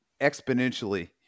exponentially